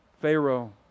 Pharaoh